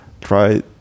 try